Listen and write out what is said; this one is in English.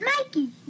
Mikey